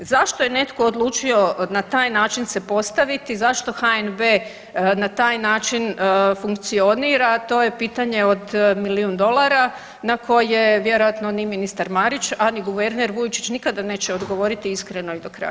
Zašto je netko odlučio na taj način se postaviti, zašto HNB na taj način funkcionira to je pitanje od milijun dolara na koje vjerojatno ni ministar Marić, a ni guverner Vujčić nikada neće odgovoriti iskreno i do kraja.